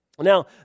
Now